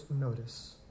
notice